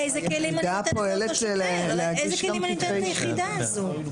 נותנים לו